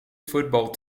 football